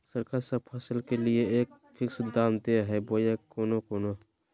सरकार सब फसल के लिए एक फिक्स दाम दे है बोया कोनो कोनो?